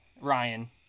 Ryan